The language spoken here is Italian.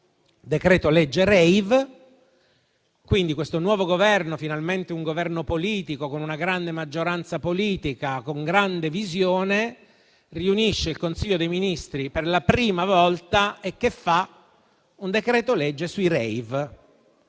decreto-legge *rave*. Questo nuovo Governo, finalmente un Governo politico, con una grande maggioranza politica con una grande visione, riunisce il Consiglio dei ministri per la prima volta e che fa? Un decreto-legge sui *rave*